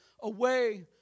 away